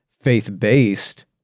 faith-based